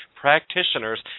practitioners